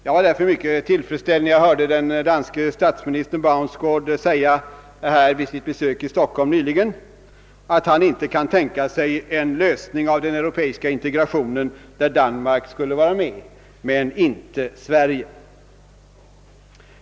Jag var därför mycket tillfredsställd, när jag hörde den danske statsministern Baunsgaard säga vid sitt besök här i Stockholm nyligen, att han inte kan tänka sig en lösning av den europeiska integrationsfrågan, där Danmark skulle vara med men inte Sverige.